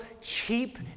cheap